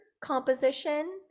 composition